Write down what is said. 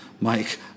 Mike